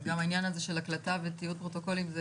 גם העניין הזה של הקלטה ותיעוד פרוטוקולים,